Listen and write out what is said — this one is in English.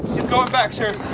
he's going back sharers,